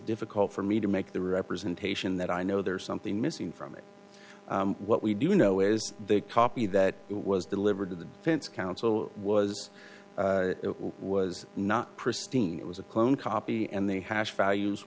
difficult for me to make the representation that i know there's something missing from it what we do know is the copy that it was delivered to the defense counsel was it was not pristine it was a clone copy and they hash values